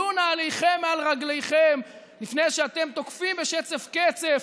שלו נעליכם מעל רגליכם לפני שאתם תוקפים בשצף קצף